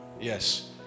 Yes